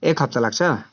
एक हप्ता लाग्छ